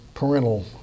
parental